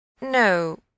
No